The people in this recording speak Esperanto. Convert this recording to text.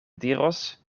diros